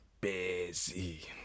busy